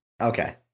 Okay